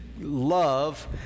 love